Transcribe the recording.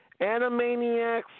Animaniacs